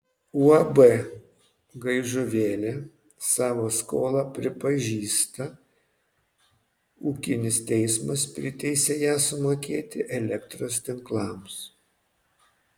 uab gaižuvėlė savo skolą pripažįsta ūkinis teismas priteisė ją sumokėti elektros tinklams